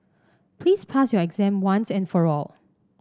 please pass your exam once and for all